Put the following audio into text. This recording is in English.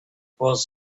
was